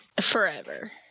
forever